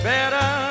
Better